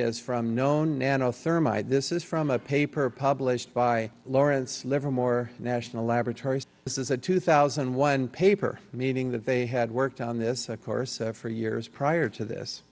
is from known nano thermite this is from a paper published by lawrence livermore national laboratory this is a two thousand and one paper meaning that they had worked on this of course for years prior to this